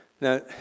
Now